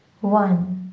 one